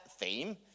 theme